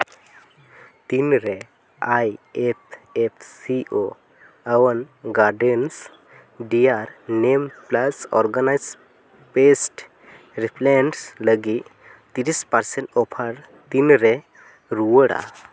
ᱛᱤᱱ ᱨᱮ I F F C O ᱟᱣᱟᱱ gardens dear neem plus organic pest repellents ᱞᱟᱹᱜᱤᱫ ᱛᱤᱨᱤᱥ ᱯᱟᱨᱥᱮᱱ ᱚᱯᱷᱟᱨ ᱛᱤᱱᱨᱮ ᱨᱩᱣᱟᱹᱲᱟ